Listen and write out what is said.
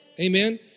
Amen